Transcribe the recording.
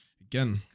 again